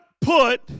put